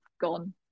gone